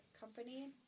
Company